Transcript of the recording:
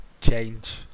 change